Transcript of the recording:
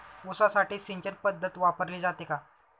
ऊसासाठी सिंचन पद्धत वापरली जाते का?